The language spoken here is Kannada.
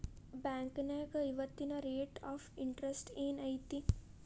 ಬಾಂಕ್ನ್ಯಾಗ ಇವತ್ತಿನ ರೇಟ್ ಆಫ್ ಇಂಟರೆಸ್ಟ್ ಏನ್ ಐತಿ